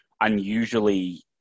unusually